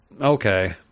Okay